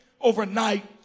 overnight